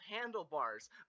handlebars